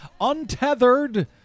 Untethered